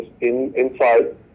inside